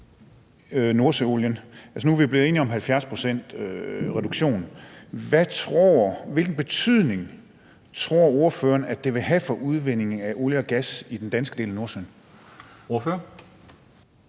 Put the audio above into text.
nordsøolien. Altså, nu er vi blevet enige om 70 pct.s reduktion, og hvilken betydning tror ordføreren det vil have for udvindingen af olie og gas i den danske del af Nordsøen? Kl.